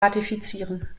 ratifizieren